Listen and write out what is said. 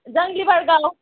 जंगली बार गाव